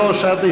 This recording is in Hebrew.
סאלח סעד,